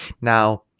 Now